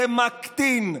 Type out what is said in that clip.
זה מקטין,